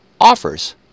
offers